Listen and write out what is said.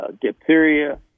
diphtheria